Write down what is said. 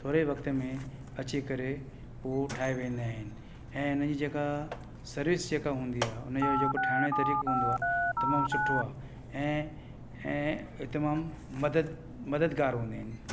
थोरे वक़्त में अची करे उहा ठाहे वेंदा आहिनि ऐं हिनजी जेका सर्विस जेका हूंदी आहे हुनजो जेको ठाहिण जो तरीक़ो हूंदो आहे तमामु सुठो आहे ऐं ऐं इहो तमामु मदद मददगार हूंदा आहिनि